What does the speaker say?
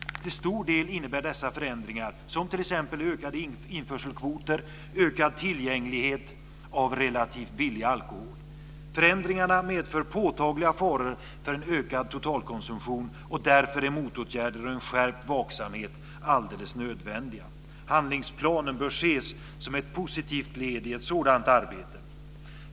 Till stor del innebär dessa förändringar t.ex. ökade införselkvoter och ökad tillgänglighet av relativt billig alkohol. Förändringarna medför påtagliga faror för en ökad totalkonsumtion. Därför är motåtgärder och en skärpt vaksamhet alldeles nödvändigt. Handlingsplanen bör ses som ett positivt led i ett sådant arbete.